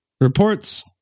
reports